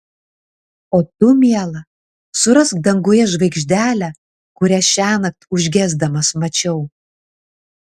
o tu miela surask danguje žvaigždelę kurią šiąnakt užgesdamas mačiau